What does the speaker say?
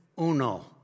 uno